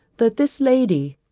that this lady,